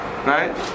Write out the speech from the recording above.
Right